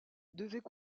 devaient